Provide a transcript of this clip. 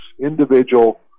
individual